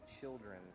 children